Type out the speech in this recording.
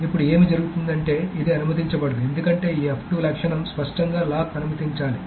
ఇప్పుడు ఏమి జరుగుతుంది అంటే ఇది అనుమతించబడదు ఎందుకంటే ఈ లక్షణం స్పష్టంగా లాక్ అనుమతించాలి